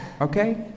Okay